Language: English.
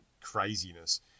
craziness